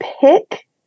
pick